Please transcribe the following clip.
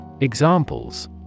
Examples